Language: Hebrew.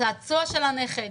צעצוע של הנכד,